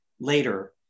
later